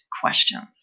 questions